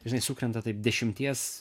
žinai sukrenta taip dešimties